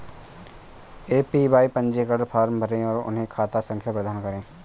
APY पंजीकरण form भरें और उन्हें खाता संख्या प्रदान करें